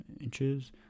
inches